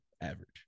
average